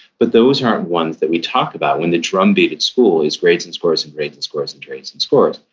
but those aren't ones that we talk about, when the drum beat at school is grades and scores, and grades and scores, and grades and scores,